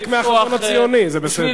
תראה,